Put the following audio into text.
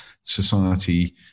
society